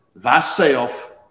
thyself